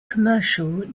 commercial